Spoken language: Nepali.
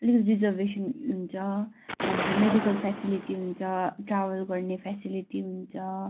अलिकति रिजर्भेसन हुन्छ त्यहाँदेखिन मेडिकल फ्यासलिटी हुन्छ ट्राभल गर्ने फ्यासिलिटी हुन्छ